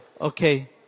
okay